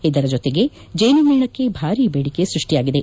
ಇದರ ಜೊತೆಗೆ ಜೇನುಮೇಣಕ್ಕೆ ಭಾರಿ ಬೇಡಿಕೆ ಸೃಷ್ಟಿಯಾಗಿದೆ